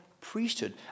priesthood